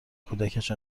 کودکش